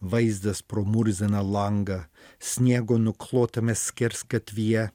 vaizdas pro murziną langą sniego nuklotame skersgatvyje